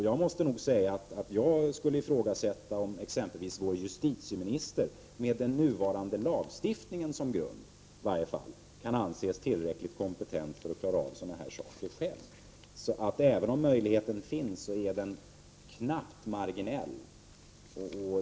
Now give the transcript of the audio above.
Jag skulle nog ifrågasätta om ens vår justitieminister, i varje fall med den nuvarande lagstiftningen som grund, kan anses tillräckligt kompetent för att klara av sådant här själv, så även om möjligheten finns så är den knappt marginell.